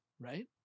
right